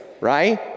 right